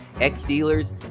ex-dealers